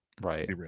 right